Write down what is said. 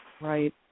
Right